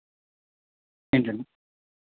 ఏంటండి